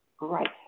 Right